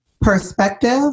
perspective